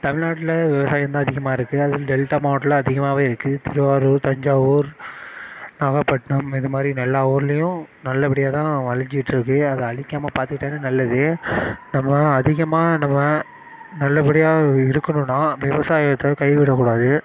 தமிழ்நாட்டில் விவசாயம் தான் அதிகமாக இருக்குது அதுவும் டெல்டா மாவட்டத்தில் அதிகமாவே இருக்குது திருவாரூர் தஞ்சாவூர் நாகப்பட்டினம் இது மாதிரி எல்லா ஊர்லையும் நல்லபடியா தான் வௌஞ்சிட்டிருக்கு அதை அழிக்காமல் பார்த்துக்கிட்டாலே நல்லது நம்ம அதிகமாக நம்ம நல்லபடியாக இருக்கணும்னா விவசாயத்தை கைவிடக்கூடாது